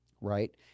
Right